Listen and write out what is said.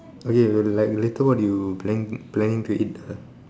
okay like like later what you planning planning to eat